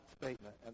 statement